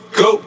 go